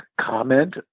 comment